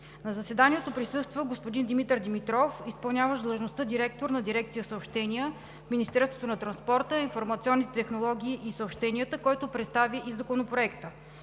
На заседанието присъства господин Димитър Димитров – изпълняващ длъжността директор на дирекция „Съобщения“ в Министерството на транспорта, информационните технологии и съобщенията, който представи и Законопроекта.